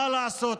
מה לעשות,